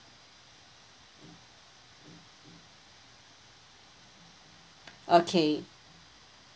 okay